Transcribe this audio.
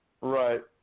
Right